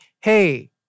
Hey